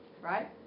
right